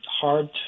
hard